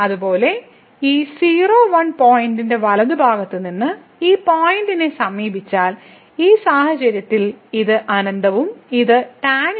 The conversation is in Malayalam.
അതുപോലെ ഈ 01 പോയിന്റിന്റെ വലതുഭാഗത്ത് നിന്ന് ഈ പോയിന്റിനെ സമീപിച്ചാൽ ഈ സാഹചര്യത്തിൽ ഇത് അനന്തവും ഇത് tan 1 ∞ ആയി മാറും